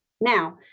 Now